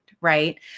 Right